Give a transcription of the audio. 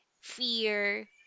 fear